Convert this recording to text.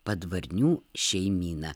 padvarnių šeimyna